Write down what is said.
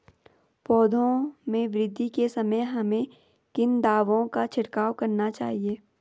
पौधों में वृद्धि के समय हमें किन दावों का छिड़काव करना चाहिए?